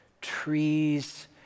Trees